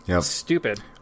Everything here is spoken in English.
stupid